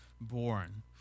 born